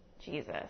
Jesus